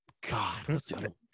god